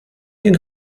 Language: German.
den